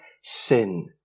sin